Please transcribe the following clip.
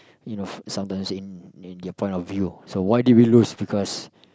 you know sometimes in in your point of view so why did we lose because